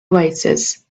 oasis